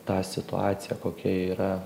tą situaciją kokia ji yra